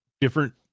different